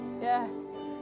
yes